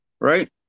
right